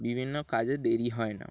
বিভিন্ন কাজে দেরি হয় না